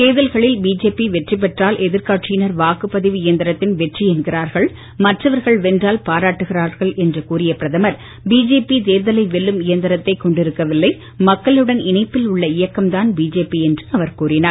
தேர்தல்களில் பிஜேபி வெற்றிப் பெற்றால் எதிர்கட்சியினர் வாக்குபதிவு இயந்திரத்தின் வெற்றி என்கிறார்கள் மற்றவர்கள் வென்றால் பாராட்டுகிறார்கள் என்று கூறிய பிரதமர் பிஜேபி தேர்தலை வெல்லும் இயந்திரத்தை கொண்டிருக்கவில்லை மக்களுடன் இணைப்பில் உள்ள இயக்கம் தான் பிஜேபி என்று அவர் கூறினார்